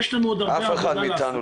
ויש לנו עוד הרבה מה לעשות.